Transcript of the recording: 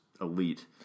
elite